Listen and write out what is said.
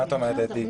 מה את אומרת, אתי?